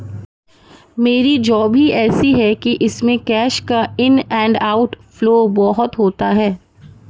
मेरी जॉब ही ऐसी है कि इसमें कैश का इन एंड आउट फ्लो बहुत होता है